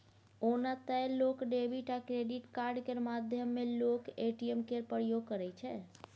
ओना तए लोक डेबिट आ क्रेडिट कार्ड केर माध्यमे लोक ए.टी.एम केर प्रयोग करै छै